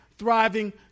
thriving